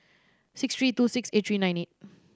six three two six eight three nine eight